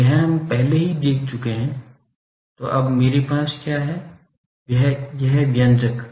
तो यह हम पहले ही देख चुके हैं तो अब मेरे पास क्या है यह व्यंजक